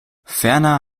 ferner